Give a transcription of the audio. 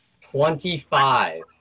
twenty-five